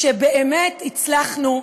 שבאמת הצלחנו,